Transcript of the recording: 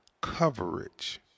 coverage